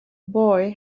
boy